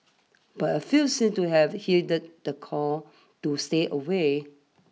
but a few seemed to have heeded the call to stay away